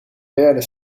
derde